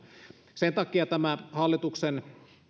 sen takia tämä hallituksen